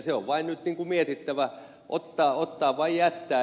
se on vain nyt mietittävä ottaa vai jättää